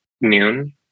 noon